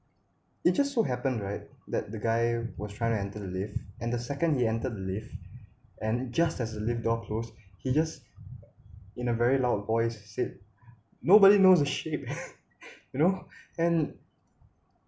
it just so happened right that the guy was trying to enter the lift and the second he entered the lift and just as the lift door close he just in a very loud voice said nobody knows the sheep you know and